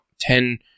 ten